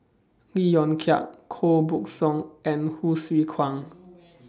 Lee Yong Kiat Koh Buck Song and Hsu Tse Kwang